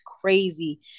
crazy